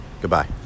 Goodbye